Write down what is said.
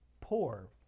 poor